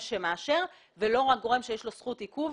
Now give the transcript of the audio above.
שמאשר ולא רק גורם שיש לו זכות עיכוב,